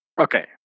Okay